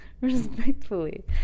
Respectfully